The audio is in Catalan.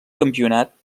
campionat